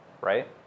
right